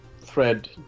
thread